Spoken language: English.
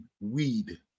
weed